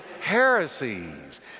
heresies